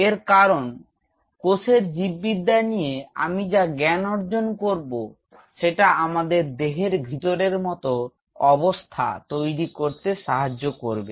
এর কারন কোষের জীববিদ্যা নিয়ে আমি যা জ্ঞান অর্জন করব সেটা আমাদের দেহের ভিতরের মত অবস্থা তৈরি করতে সাহায্য করবে